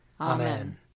Amen